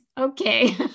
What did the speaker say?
Okay